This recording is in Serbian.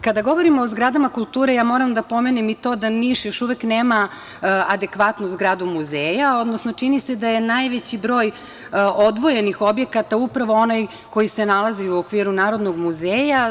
Kada govorimo o zgradama kulture, moram da pomenem i to da Niš još uvek nema adekvatnu zgradu muzeja, odnosno čini se da je najveći broj odvojenih objekata upravo onaj koji se nalazi u okviru Narodnog muzeja.